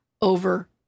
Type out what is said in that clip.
over